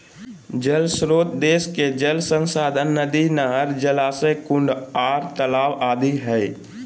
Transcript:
जल श्रोत देश के जल संसाधन नदी, नहर, जलाशय, कुंड आर तालाब आदि हई